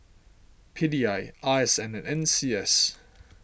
P D I R S N and N C S